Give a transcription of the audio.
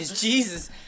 Jesus